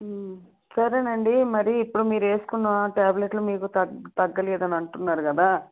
సరే అండి మరి ఇప్పుడు మీరు వేసుకున్న టాబ్లెట్లు మీకు తగ్గ తగ్గలేదు అని అంటున్నారు కదా